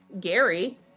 gary